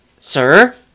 Sir